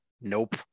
Nope